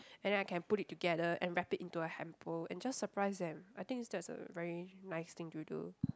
and then I can put it together and wrap it into a hamper and just surprise them I think that's a very nice thing to do